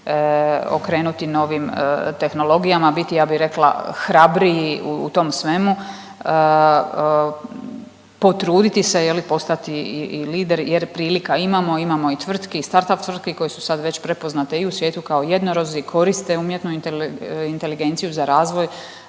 okrenuti novim tehnologijama biti ja bi rekla hrabriji u tom svemu, potruditi se je li postati i lideri jer prilika imamo, imamo i tvrtki i startup tvrtki koje su sad već prepoznate i u svijetu kao jednorozi, koriste umjetnu inteligenciju za razvoj